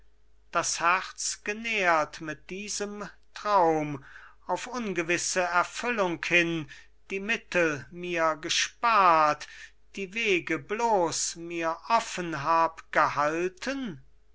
das herz genährt mit diesem traum auf ungewisse erfüllung hin die mittel mir gespart die wege bloß mir offen hab gehalten